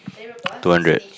two hundred